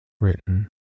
Written